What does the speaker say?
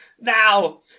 Now